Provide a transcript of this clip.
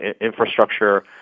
infrastructure